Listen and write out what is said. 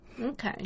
Okay